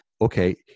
okay